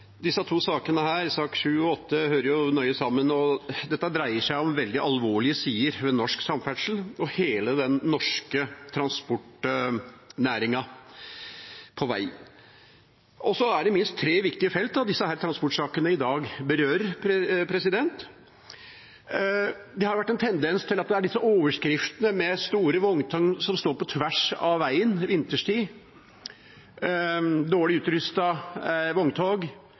Disse to sakene, nr. 7 og 8, hører sammen. Dette dreier seg om en veldig alvorlig side ved norsk samferdsel – og hele den norske transportnæringen på vei. Det er minst tre viktige felt disse transportsakene berører. Det har vært en tendens til at det er overskrifter om store vogntog som står på tvers av veien vinterstid – dårlig utrustede vogntog